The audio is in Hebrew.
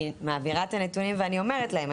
אני מעבירה את הנתונים ואני אומרת להם,